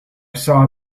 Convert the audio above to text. saw